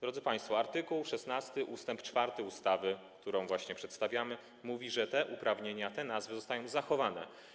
Drodzy państwo, art. 16 ust. 4 ustawy, którą właśnie przedstawiamy, mówi, że te uprawnienia, te nazwy zostają zachowane.